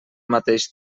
mateix